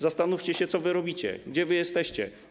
Zastanówcie się, co wy robicie, gdzie wy jesteście.